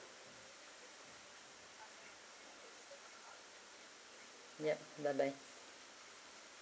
yup bye bye